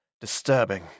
Disturbing